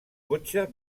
cotxe